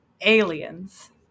aliens